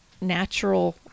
natural